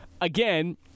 again